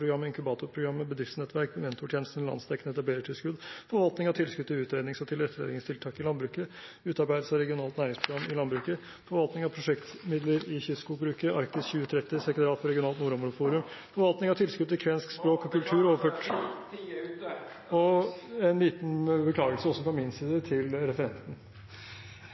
inkubatorprogrammet, bedriftsnettverk, mentortjenesten, landsdekkende etablerertilskudd, forvaltning av tilskudd til utrednings- og tilretteleggingstiltak i landbruket, utarbeidelse av regionalt næringsprogram i landbruket, forvaltning av prosjektmidler i kystskogbruket, Arktis 2030, sekretariat for regionalt nordområdeforum. Forvaltning av tilskudd til kvensk språk og kultur … Presidenten må beklaga, men tida er ute. En liten beklagelse også fra min side til referenten.